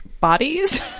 Bodies